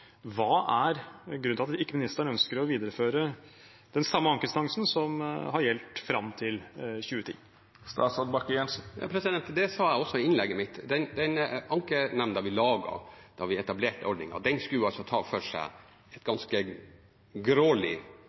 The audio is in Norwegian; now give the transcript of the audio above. Hva er grunnen til at ministeren ikke ønsker å videreføre den samme ankeinstansen som har gjeldt fram til 2010? Dette svarte jeg på også i innlegget mitt. Den ankenemnden vi laget da vi etablerte ordningen, skulle ta for seg et ganske